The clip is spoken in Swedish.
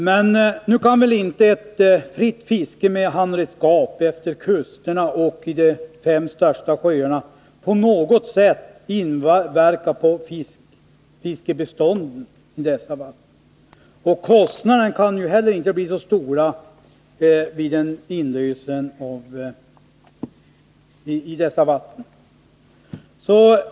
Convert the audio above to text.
Men nu kan väl inte ett fritt fiske med handredskap efter kusterna och i de fem största sjöarna på något sätt inverka på fiskbestånden i dessa vatten. Kostnaderna för en inlösen av handredskapsfisket kan heller inte bli så stora.